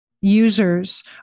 users